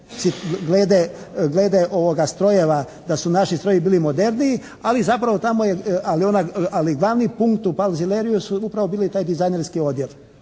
glede strojeva da su naši strojevi bili moderniji, ali zapravo tamo je, ali glavni punkt u "Palzilariji" su upravo bili taj dizajnerski odjel.